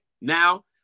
Now